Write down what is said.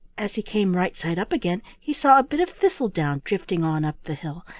as he came right side up again he saw a bit of thistle-down drifting on up the hill,